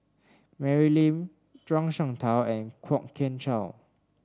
Mary Lim Zhuang Shengtao and Kwok Kian Chow